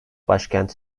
başkent